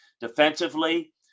Defensively